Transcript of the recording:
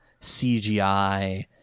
CGI